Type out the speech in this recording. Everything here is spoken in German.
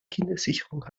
kindersicherung